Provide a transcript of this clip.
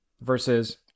versus